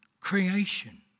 creation